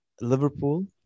Liverpool